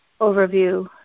overview